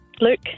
Luke